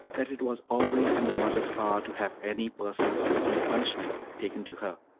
that it was always in the mother's power to have any per-son undergoing punishment taken to her,